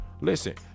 Listen